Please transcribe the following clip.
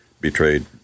Betrayed